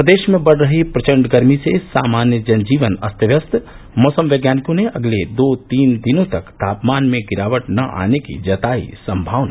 प्रदेश में बढ़ रही प्रचंड गर्मी से सामान्य जन जीवन अस्त व्यस्त मैसम वैज्ञानिकों ने अगले दो तीन दिनों तक तापमान में गिरावट न आने की जताई संभावना